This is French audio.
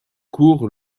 court